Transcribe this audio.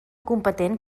competent